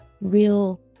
real